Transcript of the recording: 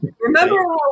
remember